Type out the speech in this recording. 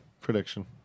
prediction